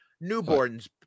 newborn's